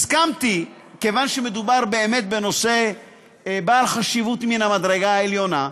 מכיוון שבאמת מדובר בנושא בעל חשיבות מהמדרגה העליונה,